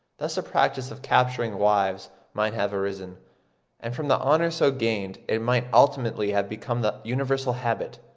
thus the practice of capturing wives might have arisen and from the honour so gained it might ultimately have become the universal habit.